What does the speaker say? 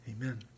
Amen